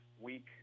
week